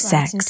Sex